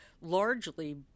largely